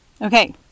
Okay